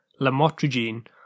lamotrigine